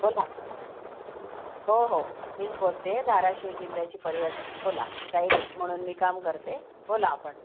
बोला हो हो मीच बोलते आहे धाराशिव जिल्ह्याची पर्यटक बोला गाईड म्हणून मी काम करते बोला आपण